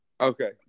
Okay